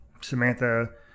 Samantha